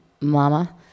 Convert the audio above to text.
mama